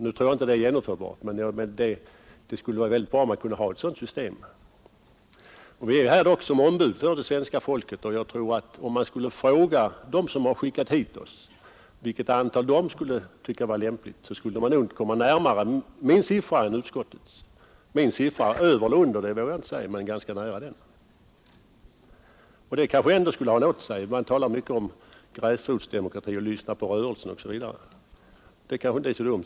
Nu tror jag inte det är genomförbart, men det skulle vara väldigt bra om man kunde ha ett sådant system. Vi är dock här som ombud för det svenska folket, och om man skulle fråga dem som har skickat hit oss vilket antal de tycker är lämpligt, så skulle man nog komma närmare min siffra än utskottets. Om man skulle komma över eller under min siffra vågar jag inte säga, men jag tror att man skulle komma ganska nära den. Det kanske ändå skulle säga oss något. Man talar gärna om gräsrotsdemokrati, att man skall lyssna på rörelsen osv. Det kanske inte är så dumt.